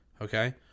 okay